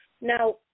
Now